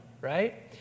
right